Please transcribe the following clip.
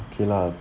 okay lah